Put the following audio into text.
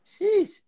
Sheesh